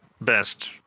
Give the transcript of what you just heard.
best